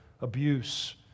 abuse